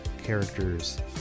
characters